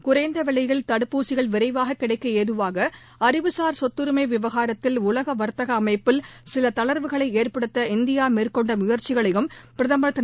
குறைந்த விலையில் தடுப்பூசிகள் விரைவாக கிடைக்க ஏதுவாக அறிவுசார் சொத்தரிமை விவகாரத்தில் உலக வர்த்தக அமைப்பில் சில தளர்வுகளை ஏற்படுத்த இந்தியா மேற்கொண்ட முயற்சிகளையும் பிரதமர் திரு